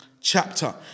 chapter